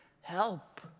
help